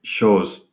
shows